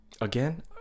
Again